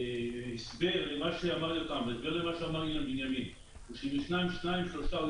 ההסבר למה שאמר יותם וההסבר למה שאמר אילן בנימין הוא --- שני הצוברים